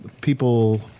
people